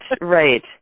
right